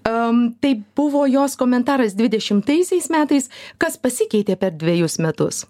am tai buvo jos komentaras dvidešimtaisiais metais kas pasikeitė per dvejus metus